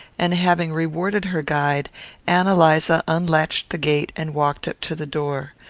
and having rewarded her guide ann eliza unlatched the gate and walked up to the door.